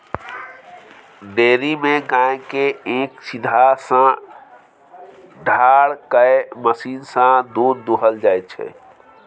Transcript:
dairy मे गाय केँ एक सीधहा सँ ठाढ़ कए मशीन सँ दुध दुहल जाइ छै